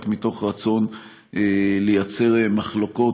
אלא רק מתוך רצון לייצר מחלוקות,